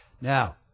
Now